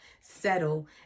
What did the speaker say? settle